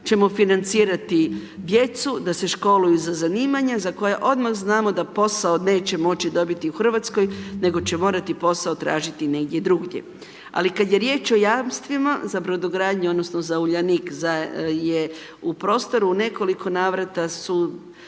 ćemo financirati djecu da se školuju za zanimanja za koja odmah znamo da posao neće moći dobiti u Hrvatskoj nego će morati posao tražiti negdje drugdje. Ali kad je riječ o jamstvima za brodogradnju odnosno za Uljanik da je u prostoru u nekoliko navrata su